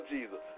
Jesus